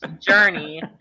journey